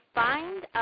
find